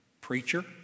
preacher